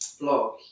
blog